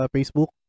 Facebook